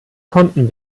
konnten